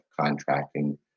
contracting